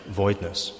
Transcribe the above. voidness